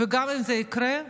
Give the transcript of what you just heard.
וגם אם זה יקרה,